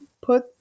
put